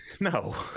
no